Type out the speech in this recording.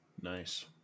Nice